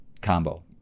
combo